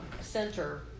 center